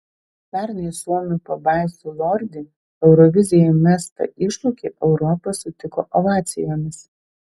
pernai suomių pabaisų lordi eurovizijai mestą iššūkį europa sutiko ovacijomis